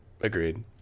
agreed